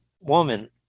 woman